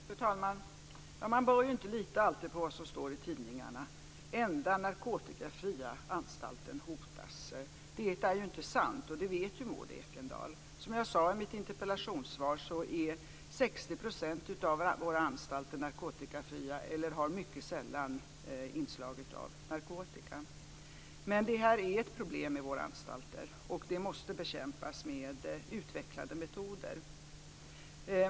Fru talman! Man bör inte alltid lita på vad som står i tidningarna. Det är ju inte sant att den enda narkotikafria anstalten hotas, och det vet Maud Ekendahl. Som jag sade i mitt interpellationssvar är 60 % av våra anstalter narkotikafria eller har mycket sällan inslag av narkotika. Men det här är ett problem på våra anstalter, och det måste bekämpas med utvecklade metoder.